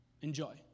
Enjoy